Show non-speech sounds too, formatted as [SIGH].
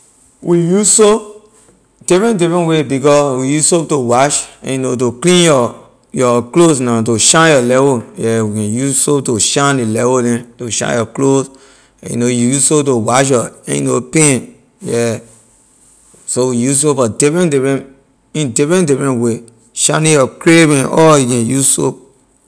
We use soap different different way because we use soap to wash [HESITATION] you know to clean your your clothes na to shine your level yeah we can use soap to shine ley level neh to shine your clothes [HESITATION] you know you use soap to wash your [HESITATION] you know pan yeah so we use soap for different different in different different way shining your crib and all you can use soap.